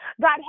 God